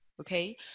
okay